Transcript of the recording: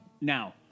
Now